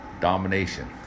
domination